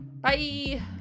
Bye